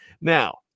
Now